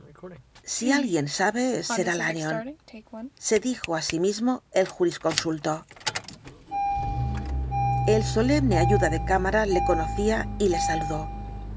si alguien sabe será lanyón se dijo á sí mismo el jurisconsulto el solemne ayuda de cámara le conocía y le saludó